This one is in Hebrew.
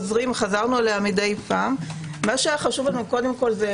חזרנו אליה כמובן מדי פעם והיה חשוב לנו לשמוע.